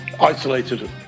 Isolated